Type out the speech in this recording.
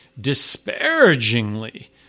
disparagingly